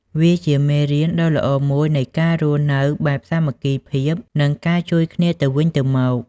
វាជាមេរៀនដ៏ល្អមួយនៃការរស់នៅបែបសាមគ្គីភាព និងការជួយគ្នាទៅវិញទៅមក។